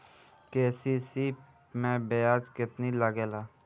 KCC मै ब्याज केतनि लागेला?